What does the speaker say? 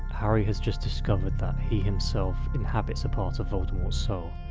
harry has just discovered that he himself inhabits a part of voldemort's soul,